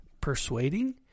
persuading